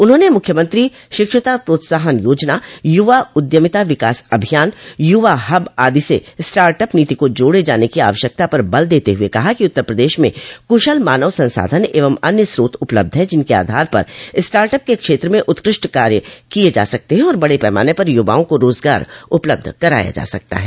उन्होंने मुख्यमंत्री शिक्षुता प्रोत्साहन योजना युवा उद्यमिता विकास अभियान युवा हब आदि से स्टार्ट अप नीति को जोड़े जाने की आवश्यकता पर बल देते हुए कहा कि उत्तर प्रदेश में कुशल मानव संसाधन एवं अन्य स्रोत उपलब्ध हैं जिनके आधार पर स्टार्ट अप के क्षेत्र में उत्कृष्ट कार्य किए जा सकते हैं और बड़े पैमाने पर युवाओं को रोजगार उपलब्ध कराया जा सकता है